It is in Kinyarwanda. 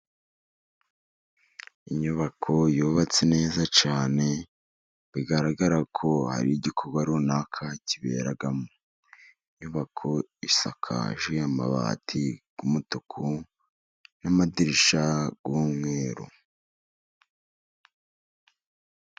Inyubako yubatse neza cyane, bigaragara ko ari igikorwa runaka kiberamo ,inyubako isakaje amabati y' umutuku n'amadirishya y'umweru.